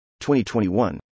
2021